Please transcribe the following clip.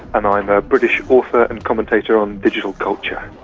and i'm a british author and commentator on digital culture.